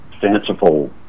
fanciful